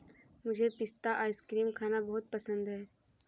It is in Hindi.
मुझे पिस्ता आइसक्रीम खाना बहुत पसंद है